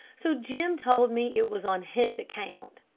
so jim told me it was on his account.